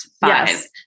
five